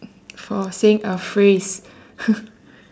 for saying a phrase